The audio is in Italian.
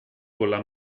colla